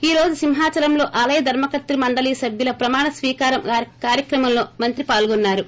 ఈ రోజు సింహాచలంలో ఆలయ ధర్మ కర్తల మండలి సభ్యుల ప్రమాణ స్పీకారం కార్యక్రమంలో మంత్రి పాల్గొన్నారు